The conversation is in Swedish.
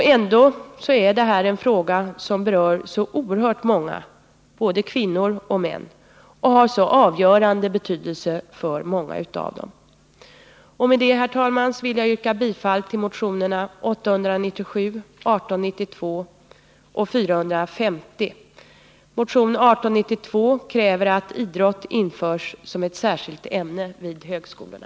Ändå är detta en fråga som berör så oerhört många, både kvinnor och män, och har så avgörande betydelse för många av dem. Med detta, herr talman, yrkar jag bifall till motionerna 897, 1892 och 450. I motion 1892 krävs att idrott införs som särskilt ämne vid högskolorna.